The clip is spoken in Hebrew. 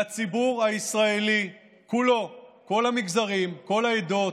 והציבור הישראלי כולו, כל המגזרים, כל העדות,